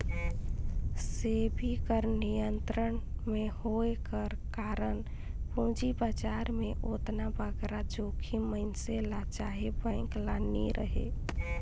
सेबी कर नियंत्रन में होए कर कारन पूंजी बजार में ओतना बगरा जोखिम मइनसे ल चहे बेंक ल नी रहें